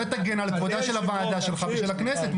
אתה תגן על כבודה של הוועדה שלך ושל הכנסת.